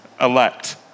elect